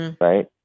Right